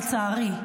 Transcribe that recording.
לצערי.